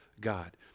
God